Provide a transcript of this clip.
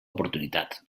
oportunitat